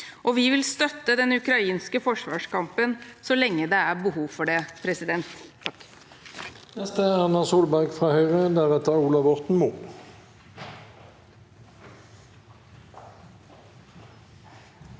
vi vil støtte den ukrainske forsvarskampen så lenge det er behov for det. Erna